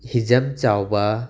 ꯍꯤꯖꯝ ꯆꯥꯎꯕꯥ